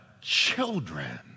children